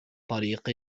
طريق